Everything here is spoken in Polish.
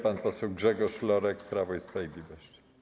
Pan poseł Grzegorz Lorek, Prawo i Sprawiedliwość.